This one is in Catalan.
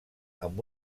amb